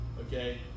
Okay